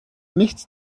nichts